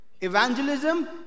evangelism